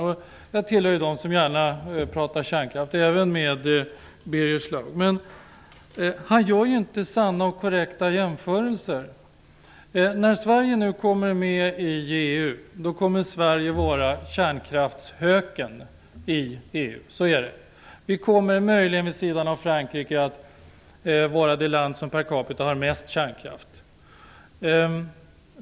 Jag hör till dem som gärna pratar kärnkraft, även med Birger Schlaug. Men han gör inte sanna och korrekta jämförelser. När Sverige nu kommer med i EU kommer Sverige att vara kärnkraftshöken i EU. Så är det. Vi kommer möjligen vid sidan av Frankrike att vara det land som per capita har mest kärnkraft.